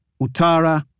Utara